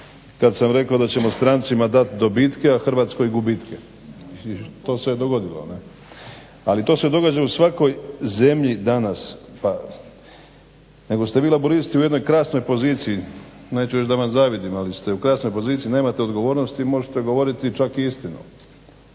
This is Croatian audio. kad sam rekao da ćemo strancima dat dobitke, a Hrvatskoj gubitke i to se dogodilo. Ali to se događa u svakoj zemlji danas, nego ste vi Laburisti u jednoj krasnoj poziciji, neću reći da vam zavidim ali ste u krasnoj poziciji, nemate odgovornosti i možete govoriti čak i istinu.